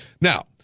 Now